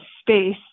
space